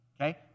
okay